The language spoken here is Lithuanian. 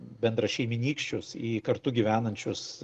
bendrašeimynykščius į kartu gyvenančius